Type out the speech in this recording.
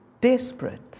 desperate